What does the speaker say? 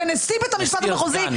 ונשיא בית משפט מחוזי,